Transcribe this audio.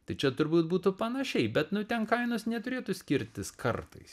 tai čia turbūt būtų panašiai bet nu ten kainos neturėtų skirtis kartais